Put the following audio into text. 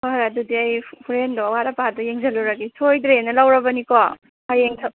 ꯍꯣꯏ ꯍꯣꯏ ꯑꯗꯨꯗꯤ ꯑꯩ ꯍꯣꯔꯦꯟꯗꯣ ꯑꯋꯥꯠ ꯑꯄꯥꯗꯣ ꯌꯦꯡꯁꯤꯜꯂꯨꯔꯒꯦ ꯁꯣꯏꯗ꯭ꯔꯦꯅ ꯂꯧꯔꯕꯅꯤ ꯀꯣ ꯍꯌꯦꯡ